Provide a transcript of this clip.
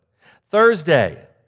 Thursday